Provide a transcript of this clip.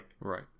right